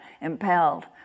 impelled